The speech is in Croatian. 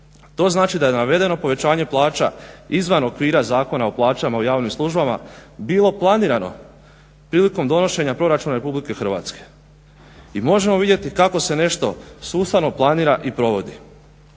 to znači da je navedeno povećanje plaća izvan okvira Zakona o plaćama u javnim službama bilo planirano prilikom donošenja proračuna RH i možemo vidjeti kako se nešto sustavno planira i provodi.